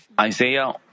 Isaiah